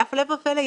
הפלא ופלא,